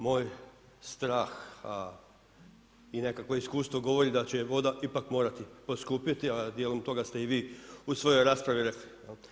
Moj strah i nekakvo iskustvo govori da će voda ipak morati poskupiti, a dijelom toga ste i vi u svojoj raspravi rekli.